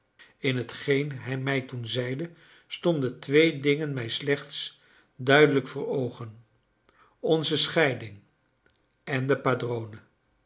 in hetgeen hij mij toen zeide stonden twee dingen mij slechts duidelijk voor oogen onze scheiding en de padrone